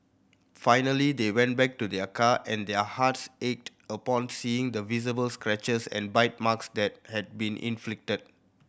finally they went back to their car and their hearts ached upon seeing the visible scratches and bite marks that had been inflicted